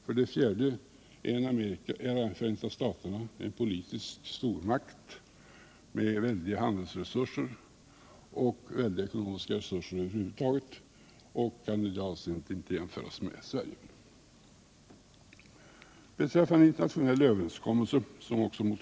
För det fjärde är Förenta staterna en politisk stormakt med väldiga handelsresurser och stora ekonomiska resurser över huvud taget och kan alltså inte jämföras med Sverige. Motionären vill ha en internationell överenskommelse.